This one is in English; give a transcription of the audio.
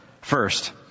First